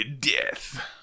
death